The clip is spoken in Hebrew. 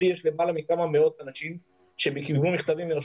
יש לי למעלה מכמה מאות אנשים שקיבלו מכתבים מרשות